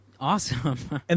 awesome